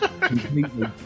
completely